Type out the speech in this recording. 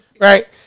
Right